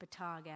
bataga